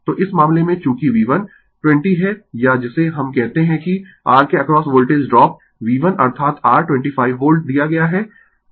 तो इस मामले में चूँकि V1 20 है या जिसे हम कहते है कि R के अक्रॉस वोल्टेज ड्राप V1 अर्थात r 25 वोल्ट दिया गया है